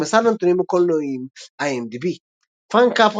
במסד הנתונים הקולנועיים IMDb פרנק קפרה,